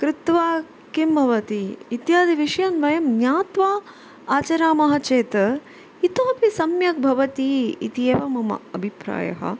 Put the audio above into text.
कृत्वा किं भवति इत्यादि विषयं वयं ज्ञात्वा आचरामः चेत् इतोऽपि सम्यक् भवति इत्येव मम अभिप्रायः